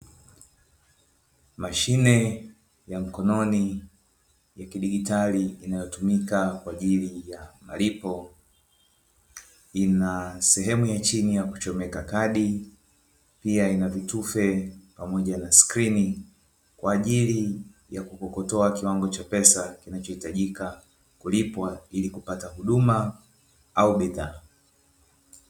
Mashine ya mkononi ya kidigitali inayotumika kwa ajili ya malipo ina sehemu ya chini ya kuchomeka kadi, pia ina vitufe pamoja na screeni kwa ajili ya kukokotoa kiwango cha pesa kinachohitajika kulipwa ili kupata huduma au bidhaa.